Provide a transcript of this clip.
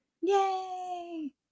yay